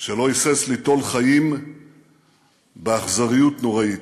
שלא היסס ליטול חיים באכזריות נוראית.